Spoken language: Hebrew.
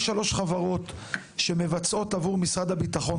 יש שלוש חברות שמבצעות עבור משרד הביטחון,